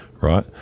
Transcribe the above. right